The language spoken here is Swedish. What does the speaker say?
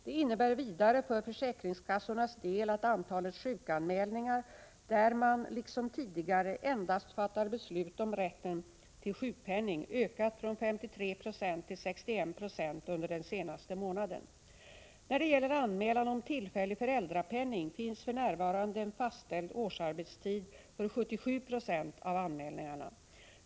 Det innebär vidare för försäkringskassornas del att antalet sjukanmälningar där man — liksom tidigare — endast fattar beslut om rätten till sjukpenning ökat från 53 96 till 61 26 under den senaste månaden. När det gäller anmälan om tillfällig föräldrapenning finns för närvarande en fastställd årsarbetstid för 77 Yo av anmälningarna.